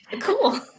cool